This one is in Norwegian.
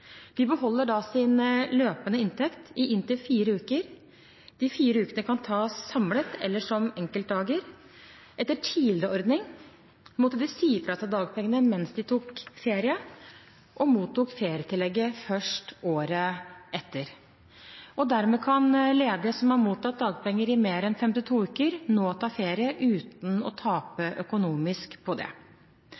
beholder da sin løpende inntekt i inntil fire uker. De fire ukene kan tas samlet eller som enkeltdager. Etter tidligere ordning måtte de si fra seg dagpengene mens de tok ferie, og mottok ferietillegget først året etter. Dermed kan ledige som har mottatt dagpenger i mer enn 52 uker, nå ta ferie uten å tape